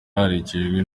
aherekejwe